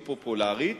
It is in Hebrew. או פופולרית,